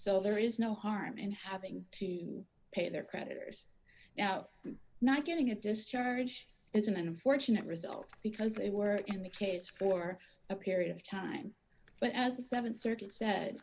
so there is no harm in having to pay their creditors now not getting a discharge is an unfortunate result because they were in the case for a period of time but as a seven certain said